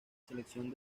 selección